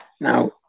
Now